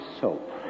soap